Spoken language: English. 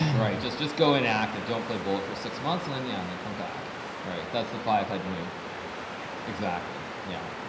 right just just go inactive don't play bullet for six months and then yeah and then come back right that's the five head move exactly yeah